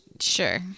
Sure